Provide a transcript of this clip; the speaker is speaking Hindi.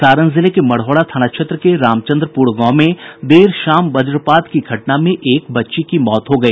सारण जिले में मढ़ौरा थाना क्षेत्र के रामचंद्रपुर गांव में देर शाम वज्रपात की घटना में एक बच्ची की मौत हो गई